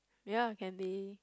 ya can be